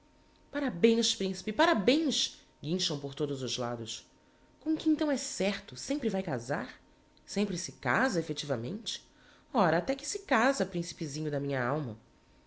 para lhe dar os parabens parabens principe parabens guincham por todos os lados com que então é certo sempre vae casar sempre se casa effectivamente ora até que se casa principezinho da minh'alma